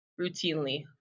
routinely